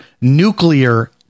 nuclear